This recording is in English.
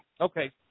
Okay